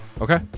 Okay